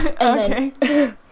okay